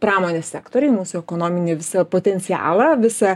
pramonės sektorių į mūsų ekonominį visą potencialą visą